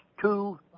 two